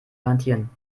garantieren